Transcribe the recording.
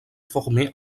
formé